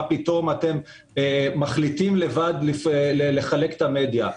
פתאום אתם מחליטים לבד לחלק את המדיה.